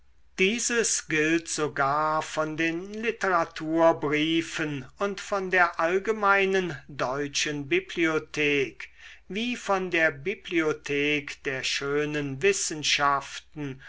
dieses gilt sogar von den literaturbriefen und von der allgemeinen deutschen bibliothek wie von der bibliothek der schönen wissenschaften